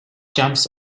jumps